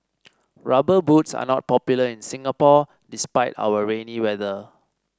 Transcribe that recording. rubber boots are not popular in Singapore despite our rainy weather